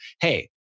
hey